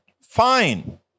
fine